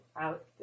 out